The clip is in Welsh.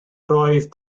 roedd